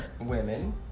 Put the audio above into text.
women